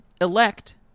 elect